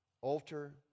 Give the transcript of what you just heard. altar